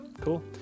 Cool